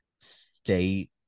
state